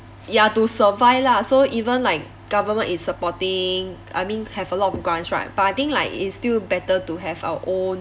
ya to survive lah so even like government is supporting I mean have a lot of grants right but I think like it's still better to have our own